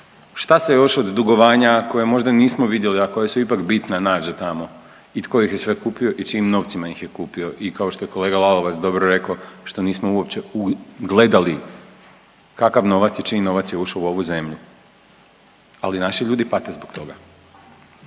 šta se još od dugovanja, koje možda nismo vidjeli, a koje su ipak bitne, nađe tamo i tko ih je sve kupio i čijim novcima ih je kupio i kao što je kolega Lalovac dobro rekao, što nismo uopće gledali kakav novac i čiji novac je ušao u ovu zemlju, ali naši ljudi pate zbog toga.